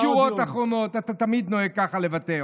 שתי שורות אחרונות, אתה תמיד נוהג ככה לוותר.